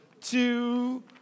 two